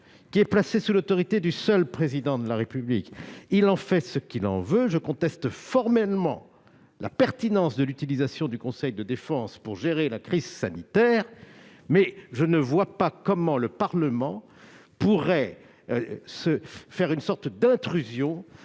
est placée sous l'autorité du seul Président de la République. Il en fait ce qu'il en veut. Je conteste formellement la pertinence de l'utilisation du conseil de défense pour gérer la crise sanitaire. Mais je ne vois pas comment le Parlement pourrait en quelque sorte faire intrusion